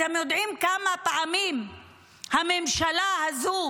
אתם יודעים כמה פעמים הממשלה הזו